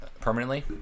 permanently